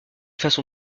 façon